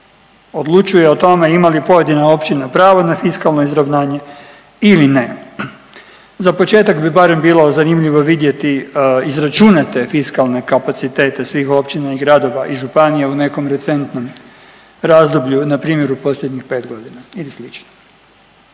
odlučuje o tome ima li pojedina općina pravo na fiskalno izravnanje ili ne. Za početak bi barem bilo zanimljivo vidjeti izračunate fiskalne kapacitete svih općina i gradova i županija u nekom recentnom razdoblju, na primjer u posljednjih pet godina ili